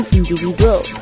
individual